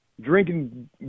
drinking